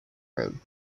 road